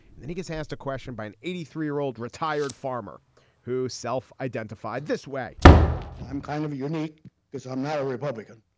then he gets asked a question by an eighty three year old retired farmer who self identified this way i'm kind of unique because i'm not a republican.